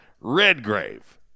Redgrave